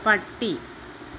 പട്ടി